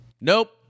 nope